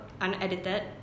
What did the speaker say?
unedited